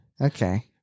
Okay